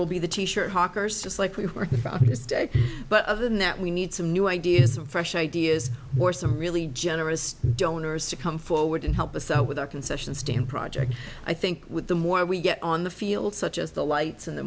day but other than that we need some new ideas some fresh ideas or some really generous donors to come forward and help us out with our concession stand project i think with the more we get on the field such as the lights and the